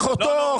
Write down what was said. רק את אחותו,